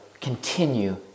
continue